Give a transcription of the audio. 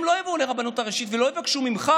הם לא יבואו לרבנות הראשית ולא יבקשו ממך